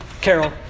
Carol